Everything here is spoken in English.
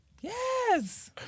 Yes